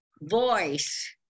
voice